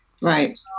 right